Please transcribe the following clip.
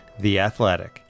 theathletic